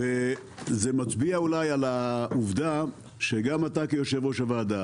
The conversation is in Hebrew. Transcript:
זה מצביע אולי על העובדה שגם אתה כיו"ר הוועדה